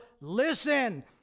listen